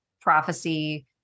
prophecy